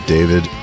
David